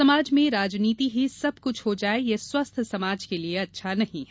समाज में राजनीति ही सब कुछ हो जाये यह स्वस्थ समाज के लिए अच्छा नहीं है